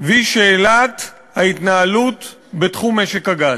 והיא שאלת ההתנהלות בתחום משק הגז.